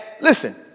Listen